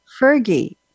Fergie